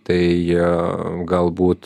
tai jie galbūt